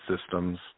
systems